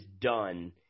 done